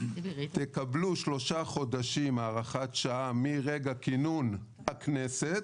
תקבלו שלושה חודשים הארכת שעה מרגע כינון הכנסת,